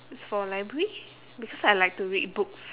as for library because I like to read books